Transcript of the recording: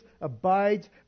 abides